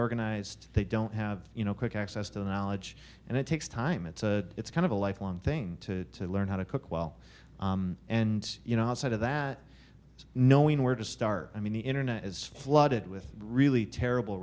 organized they don't have you know quick access to the knowledge and it takes time it's a it's kind of a lifelong thing to learn how to cook well and you know outside of that knowing where to start i mean the internet is flooded with really terrible